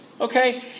okay